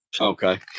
Okay